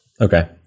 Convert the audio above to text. Okay